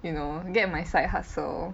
you know get my side hustle